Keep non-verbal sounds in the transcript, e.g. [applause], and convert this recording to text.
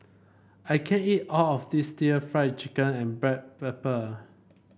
I can't eat all of this [unintelligible] Fried Chicken and Black Pepper